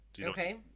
Okay